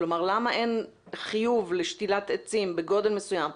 למה אין חיוב לשתילת עצים בגודל מסוים?